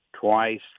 twice